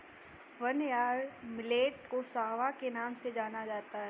barnyard millet को सांवा के नाम से भी जाना जाता है